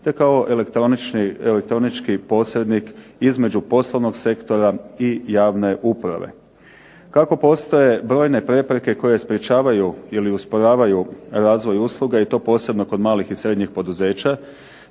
te kao elektronički posrednik između poslovnog sektora i javne uprave. Kako postoje brojne prepreke koje sprječavaju ili usporavaju razvoj usluga i to posebnog kod malih i srednjih poduzeća,